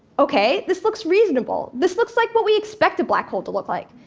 ok, this looks reasonable. this looks like what we expect a black hole to look like.